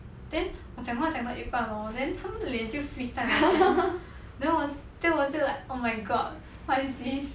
then 我讲话讲到一半 hor then 他们的脸就 freeze 在那边 then 我我就 like oh my god what is this